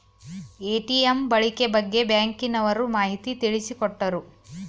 ATM ಬಳಕೆ ಬಗ್ಗೆ ಬ್ಯಾಂಕಿನವರು ಮಾಹಿತಿ ತಿಳಿಸಿಕೊಟ್ಟರು